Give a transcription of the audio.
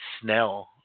Snell